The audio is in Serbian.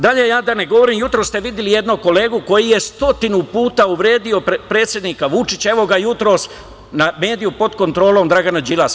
Dalje, da ne govorim, jutros ste videli jednog kolegu koji je stotinu puta uvredio predsednika Vučića, evo ga jutros na mediju pod kontrolom Dragana Đilasa.